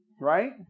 right